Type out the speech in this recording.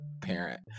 parent